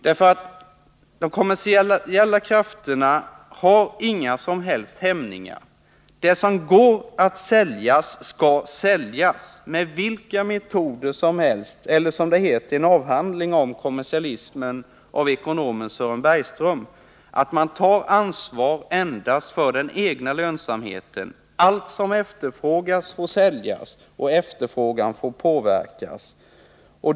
| De kommersiella krafterna har inga som helst hämningar. Det som går att sälja skall säljas med vilka metoder som helst, eller — som det heter i en avhandling om kommersialismen av ekonomen Sören Bergström — man tar ansvar endast för den egna lönsamheten. Allt som efterfrågas får säljas och efterfrågan får påverkas.